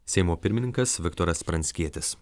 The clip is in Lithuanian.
seimo pirmininkas viktoras pranckietis